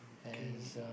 okay